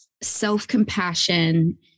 self-compassion